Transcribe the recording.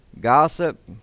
gossip